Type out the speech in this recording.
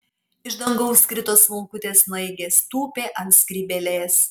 iš dangaus krito smulkutės snaigės tūpė ant skrybėlės